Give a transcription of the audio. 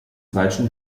falschen